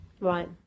Right